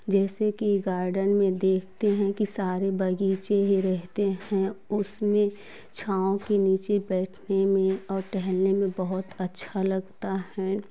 जैसे कि गार्डन में देखते हैं कि सारे बगीचे ही रहते हैं उसमें छाँव के नीचे बैठने में और टहलने में बहुत ही अच्छा लगता है